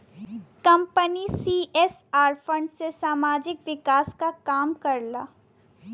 company CSR fund से सामाजिक विकास क काम करला